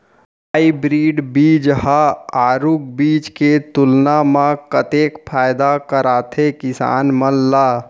Hybrid बीज हा आरूग बीज के तुलना मा कतेक फायदा कराथे किसान मन ला?